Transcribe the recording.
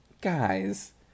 guys